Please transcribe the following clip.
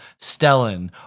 Stellan